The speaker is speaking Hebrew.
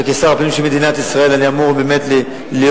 וכשר הפנים של מדינת ישראל אני אמור להיות דבק